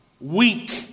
weak